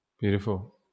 Beautiful